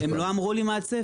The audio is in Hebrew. כששאלתי הם לא אמרו לי מה הצפי.